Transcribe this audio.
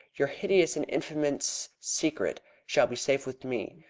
your hideous and infamous secret shall be safe with me.